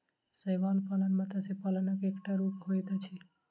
शैवाल पालन मत्स्य पालनक एकटा रूप होइत अछि